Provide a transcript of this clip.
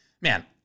Man